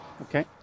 okay